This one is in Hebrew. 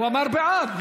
הוא אמר בעד.